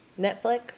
Netflix